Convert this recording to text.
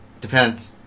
Depends